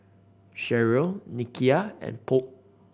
Sharyl Nikia and Polk